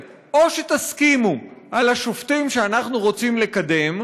או שתסכימו על השופטים שאנחנו רוצים לקדם,